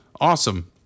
Awesome